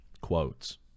Quotes